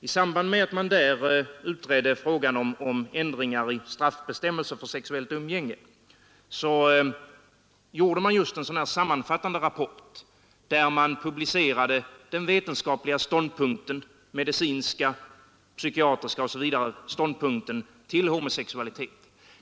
I samband med att man där utredde frågan om ändringar i straffbestämmelserna för sexuellt umgänge gjorde man en sammanfattande rapport, där man publicerade vetenskapliga — medicinska, psykiatriska och andra — ståndpunkter i fråga om homosexualitet.